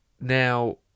Now